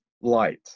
light